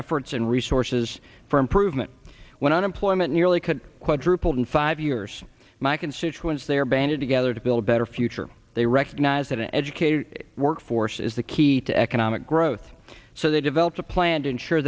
efforts and resources for improvement when unemployment nearly could quadrupled in five years my constituents there banded together to build a better future they recognize that an educated workforce is the key to economic growth so they developed a plan to ensure